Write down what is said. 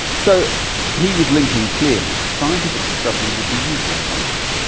so he was linking, clearly, scientific discovery with the use of science.